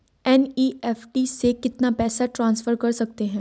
NEFT से कितना पैसा ट्रांसफर कर सकते हैं?